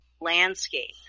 landscape